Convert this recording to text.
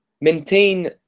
maintain